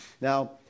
Now